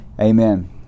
amen